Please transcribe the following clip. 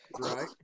right